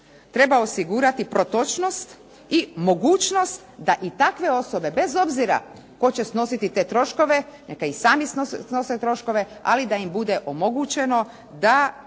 treba osigurati protočnost i mogućnost da i takve osobe bez obzira tko će snositi te troškove, neka i sami snose troškove, ali da im bude omogućeno da